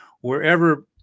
wherever